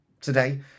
Today